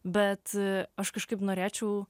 bet aš kažkaip norėčiau